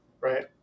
right